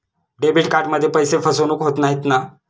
Debit कार्डमध्ये पैसे फसवणूक होत नाही ना?